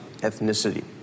ethnicity